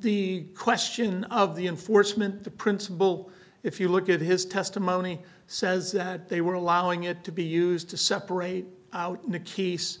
the question of the enforcement the principle if you look at his testimony says that they were allowing it to be used to separate out niki's